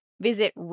Visit